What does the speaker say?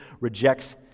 rejects